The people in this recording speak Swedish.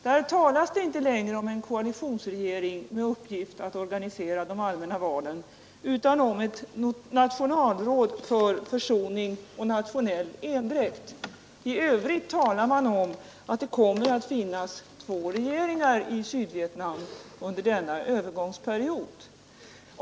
Där talas det inte längre om en koalitionsregering med uppgift att organisera de allmänna valen utan om ett nationalråd för försoning och nationell endräkt. I övrigt talar man om att det kommer att finnas två regeringar i Sydvietnam under denna övergångsperiod.